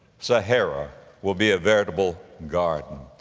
sahara will be a veritable garden,